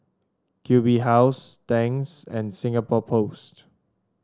Q B House Tangs and Singapore Post